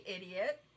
idiot